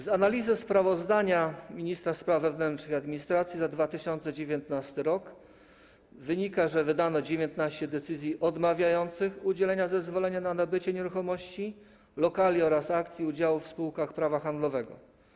Z analizy sprawozdania ministra spraw wewnętrznych i administracji za 2019 r. wynika, że wydano 19 decyzji odmawiających udzielenia zezwolenia na nabycie nieruchomości, lokali oraz akcji i udziałów w spółkach prawa handlowego.